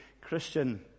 Christian